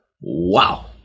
Wow